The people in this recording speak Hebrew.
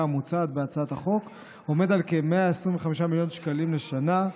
המוצעת בהצעת החוק עומד על כ-125 מיליון שקלים לשנה.